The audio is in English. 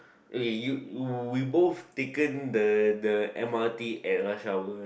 okay you we both taken the the m_r_t at rush hour right